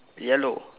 yellow